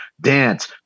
dance